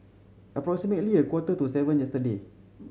approximately a quarter to seven yesterday